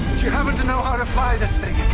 um to know how to fly this thing?